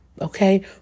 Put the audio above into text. okay